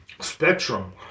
spectrum